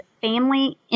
family